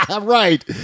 Right